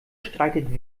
streitet